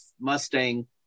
Mustang